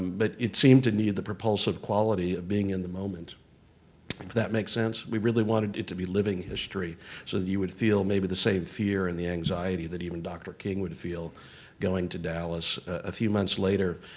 but it seemed to need the propulsive quality of being in the moment, if that makes sense. we really wanted it to be living history so that you would feel maybe the same fear and the anxiety that even dr. king would feel going to dallas. a few months later,